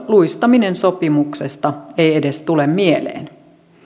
luistaminen sopimuksesta ei edes tule mieleen